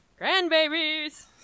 Grandbabies